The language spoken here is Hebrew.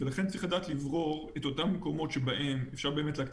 ולכן צריך לדעת לברור את אותם מקומות בהם אפשר באמת להקטין